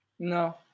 No